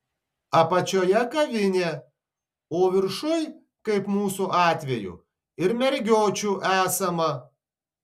apačioje kavinė o viršuj kaip mūsų atveju ir mergiočių esama